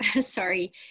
sorry